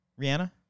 Rihanna